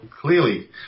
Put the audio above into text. clearly